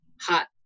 hot